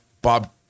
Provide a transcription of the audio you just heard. Bob